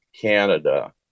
Canada